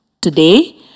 Today